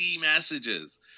messages